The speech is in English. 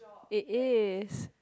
it is